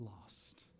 lost